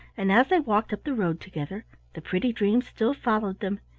and as they walked up the road together the pretty dream still followed them,